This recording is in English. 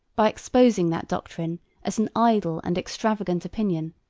by exposing that doctrine as an idle and extravagant opinion,